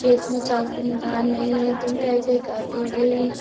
कि इसमें चाकू में धार नहीं है तुम कैसे काटोगी